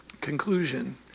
Conclusion